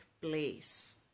place